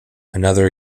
another